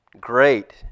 great